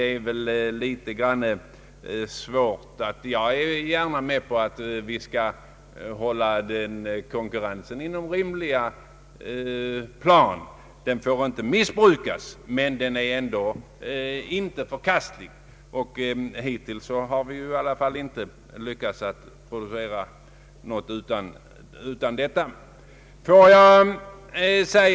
Jag håller gärna med om att vi skall hålla konkurrensen på ett rimligt plan. Konkurrensen får inte missbrukas, men den är ändå inte förkastlig, och hittills har vi i varje fall inte lyckats att producera någonting utan konkurrens.